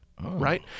Right